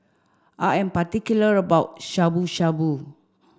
I am particular about Shabu Shabu